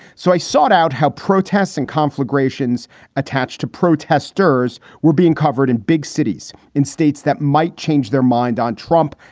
so i sought out how protests and conflagrations attached to protesters were being covered in big cities, in states that might change their mind on trump.